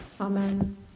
Amen